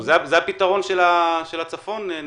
זה הפתרון לצפון?